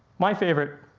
my favorite